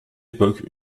époque